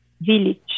village